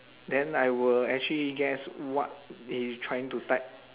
then I will actually guess what he trying to type